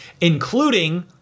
including